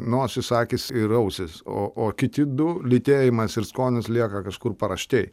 nosis akys ir ausys o o kiti du lytėjimas ir skonis lieka kažkur paraštėj